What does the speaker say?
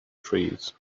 trees